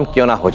jala